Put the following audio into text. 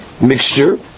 mixture